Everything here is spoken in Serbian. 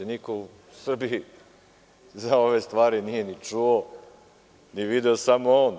Niko u Srbiji za ove stvari nije ni čuo, ni video, samo on.